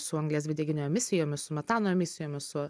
su anglies dvideginio emisijomis su metano emisijomis su